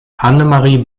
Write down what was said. annemarie